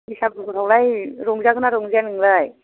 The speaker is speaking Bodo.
बैसाग बोथोरावलाय रंजागोन ना रंजाया नोंलाय